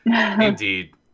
Indeed